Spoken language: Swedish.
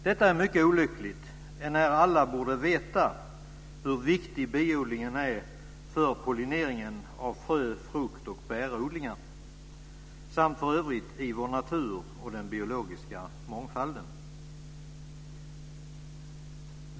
Detta är mycket olyckligt, enär alla borde veta hur viktig biodlingen är för pollineringen av frö-, fruktoch bärodlingar samt för övrigt i vår natur och den biologiska mångfalden.